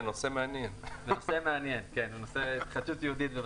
למען הגילוי הנאות,